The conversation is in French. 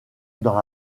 dans